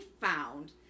found